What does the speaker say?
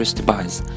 device